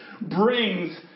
brings